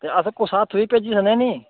अस कुसै हत्थ बी भेजी सकनें निं